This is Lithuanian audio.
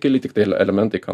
keli tiktai elementai ką